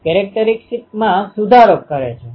તો આ તફાવત બીજું કઈ નહિ પરંતુ ar·ri છે